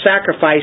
sacrifice